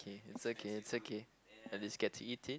okay it's okay it's okay at least get to eat it